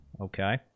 Okay